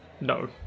no